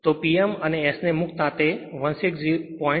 તો P m અને S મુક્તા અહીં 16